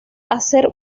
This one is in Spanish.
hacer